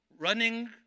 running